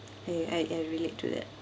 !hey! I I relate to that